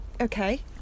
okay